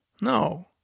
No